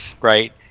right